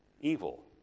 evil